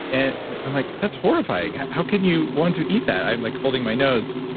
and i'm like, that's horrifying how can you want to eat that? i'm like holding my nose.